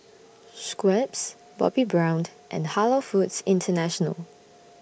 Schweppes Bobbi Browned and Halal Foods International